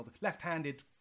left-handed